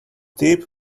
deep